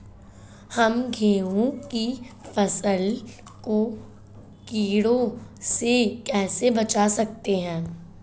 हम गेहूँ की फसल को कीड़ों से कैसे बचा सकते हैं?